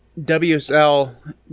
WSL